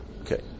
Okay